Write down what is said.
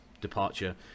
departure